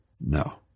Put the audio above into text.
No